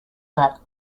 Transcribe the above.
that